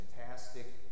fantastic